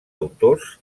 autors